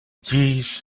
jeez